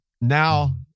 Now